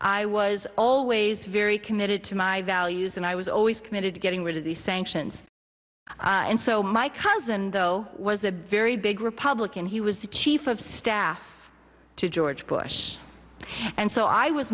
i was always very committed to my values and i was always committed to getting rid of the sanctions and so my cousin though was a very big republican he was the chief of staff to george bush and so i was